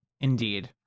Indeed